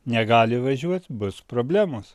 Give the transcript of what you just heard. negali važiuot bus problemos